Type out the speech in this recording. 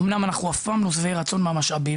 אומנם אנחנו אף פעם לא שבעי רצון מהמשאבים